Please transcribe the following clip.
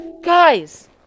guys